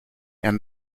and